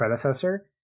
predecessor